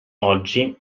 oggi